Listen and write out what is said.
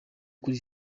kuri